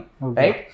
right